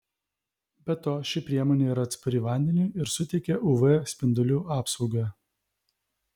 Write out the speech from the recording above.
be to ši priemonė yra atspari vandeniui ir suteikia uv spindulių apsaugą